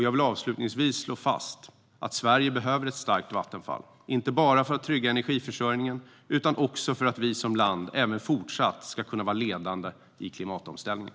Jag vill avslutningsvis slå fast att Sverige behöver ett starkt Vattenfall, inte bara för att trygga energiförsörjningen utan också för att vi som land även fortsatt ska kunna vara ledande i klimatomställningen.